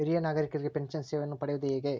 ಹಿರಿಯ ನಾಗರಿಕರಿಗೆ ಪೆನ್ಷನ್ ಸೇವೆಯನ್ನು ಪಡೆಯುವುದು ಹೇಗೆ?